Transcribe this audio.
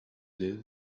live